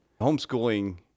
Homeschooling